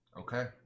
Okay